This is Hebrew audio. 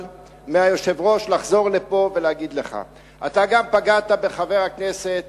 מהיושב-ראש לחזור לפה ולהגיד לך: אתה גם פגעת בחבר הכנסת